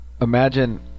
imagine